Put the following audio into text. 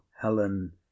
helen